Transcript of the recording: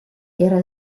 era